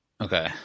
Okay